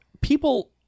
people